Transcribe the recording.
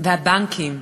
והבנקים,